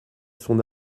son